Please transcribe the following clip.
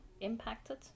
impacted